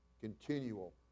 continual